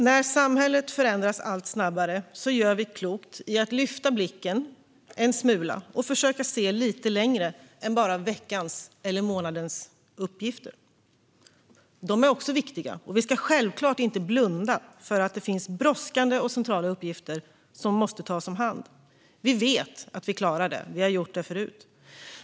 När samhället förändras allt snabbare gör vi klokt i att lyfta blicken en smula och försöka se lite längre än bara veckans eller månadens uppgifter. De är också viktiga. Vi ska självklart inte blunda för att det finns brådskande och centrala uppgifter som måste tas om hand. Vi vet att vi klarar det. Vi har gjort det förut.